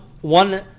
One